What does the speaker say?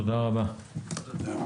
תודה רבה, הישיבה נעולה.